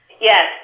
Yes